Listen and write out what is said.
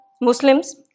Muslims